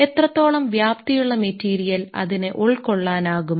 എത്രത്തോളം വ്യാപ്തിയുള്ള മെറ്റീരിയൽ അതിനു ഉൾക്കൊള്ളാനാകും